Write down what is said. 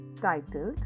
titled